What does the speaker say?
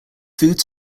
food